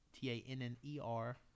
T-A-N-N-E-R